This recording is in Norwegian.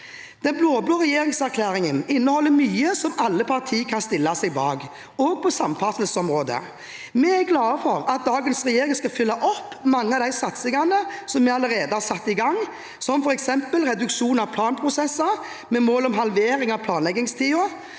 Den blå-blå regjeringserklæringen inneholder mye som alle partier kan stille seg bak, også på samferdselsområdet. Vi er glad for at dagens regjering skal følge opp mange av de satsingene som vi allerede har satt i gang, som f.eks. reduksjon av planprosesser med mål om halvering av planleggingstiden,